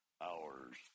hours